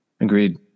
Agreed